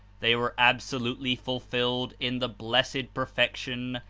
they were absolutely fulfilled in the blessed perfection,